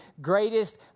greatest